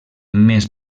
més